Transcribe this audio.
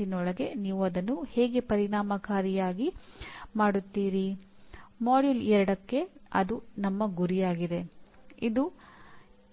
ಪಿಇಒಗಳು ನೋಡುತ್ತೇವೆ